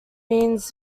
means